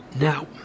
now